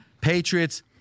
patriots